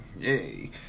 Yay